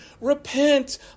repent